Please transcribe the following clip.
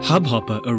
Hubhopper